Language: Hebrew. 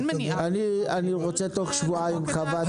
אני רוצה תוך שבועיים חוות דעת.